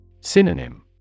Synonym